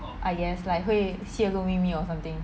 I guess like 会泄露秘密 or something